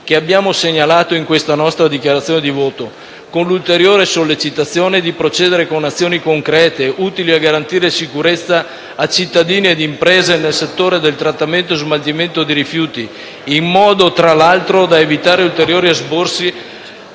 che abbiamo segnalato in questa nostra dichiarazione di voto, con l'ulteriore sollecitazione a procedere con azioni concrete, utili a garantire la sicurezza dei cittadini e delle imprese, nel settore del trattamento e dello smaltimento dei rifiuti in modo di evitare ulteriori esborsi